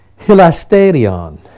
hilasterion